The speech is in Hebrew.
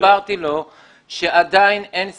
הסברתי לו שעדיין אין ספירה,